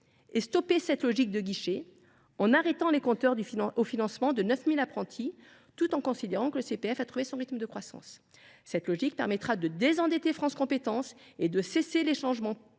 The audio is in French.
de stopper cette logique de guichet en arrêtant les compteurs au financement de 900 000 apprentis, tout en considérant que le CPF a trouvé son rythme de croissance. Cette logique permettra de désendetter France Compétences et de cesser les changements